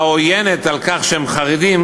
העוינת על כך שהם חרדים,